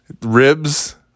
Ribs